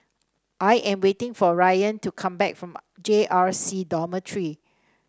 I am waiting for Ryann to come back from J R C Dormitory